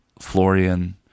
Florian